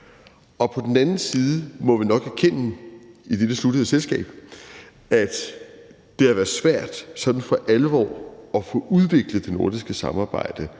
På den anden side må vi nok erkende i dette sluttede selskab, at det har været svært sådan for alvor at få udviklet det nordiske samarbejde